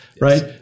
right